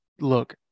look